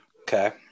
Okay